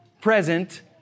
present